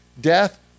death